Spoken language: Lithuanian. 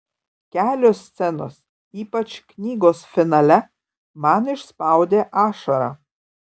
kelios scenos ypač knygos finale man išspaudė ašarą